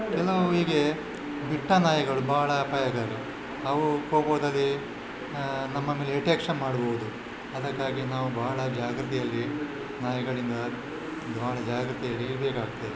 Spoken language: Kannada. ಕೆಲವು ಹೀಗೆ ಬಿಟ್ಟ ನಾಯಿಗಳು ಭಾಳ ಅಪಾಯಕಾರಿ ಅವು ಬೊಗಳ್ತದೆ ನಮ್ಮ ಮೇಲೆ ಅಟ್ಯಾಕ್ ಸಹ ಮಾಡ್ಬೋದು ಅದಕ್ಕಾಗಿ ನಾವು ಭಾಳ ಜಾಗೃತೆಯಲ್ಲಿ ನಾಯಿಗಳಿಂದ ಭಾಳ ಜಾಗೃತೆಯಲ್ಲಿ ಇರಬೇಕಾಗ್ತದೆ